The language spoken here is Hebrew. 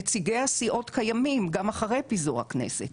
נציגי הסיעות קיימים גם אחרי פיזור הכנסת.